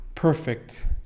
perfect